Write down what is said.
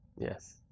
Yes